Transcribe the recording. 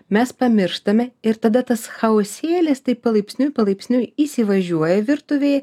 mes pamirštame ir tada tas chaosėlis taip palaipsniui palaipsniui įsivažiuoja virtuvėj